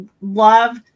love